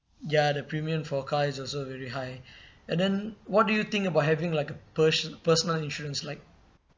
ya the premium for car is also very high and then what do you think about having like a pers~ personal insurance like